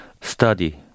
study